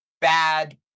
bad